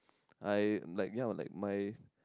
I like yeah like my